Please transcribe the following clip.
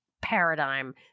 paradigm